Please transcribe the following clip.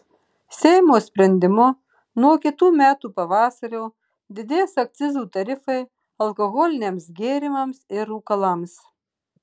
seimo sprendimu nuo kitų metų pavasario didės akcizų tarifai alkoholiniams gėrimams ir rūkalams